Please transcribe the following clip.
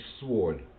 sword